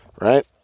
Right